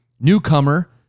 Newcomer